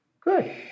Good